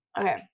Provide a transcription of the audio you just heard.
okay